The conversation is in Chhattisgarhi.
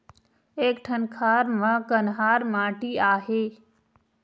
एक ठन खार म कन्हार माटी आहे?